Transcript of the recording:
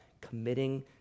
committing